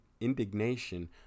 indignation